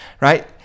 right